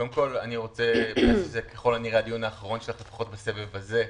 זה ככל הנראה הדיון האחרון שלך לפחות בסבב הזה.